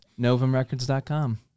NovumRecords.com